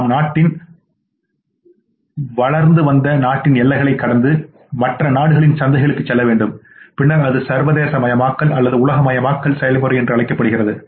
நாம் வளர்ந்து நாட்டின் எல்லைகளை கடந்து மற்ற நாடுகளின் சந்தைகளுக்கு செல்ல வேண்டும் பின்னர் அது சர்வதேசமயமாக்கல் அல்லது உலகமயமாக்கல் செயல்முறை என்று அழைக்கப்படுகிறது